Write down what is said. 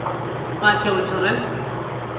ᱯᱟᱸᱪ ᱪᱷᱚ ᱵᱚᱪᱷᱚᱨ ᱨᱮᱱ